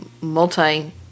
multi